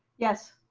yes.